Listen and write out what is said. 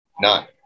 None